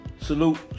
Salute